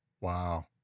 wow